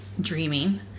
dreaming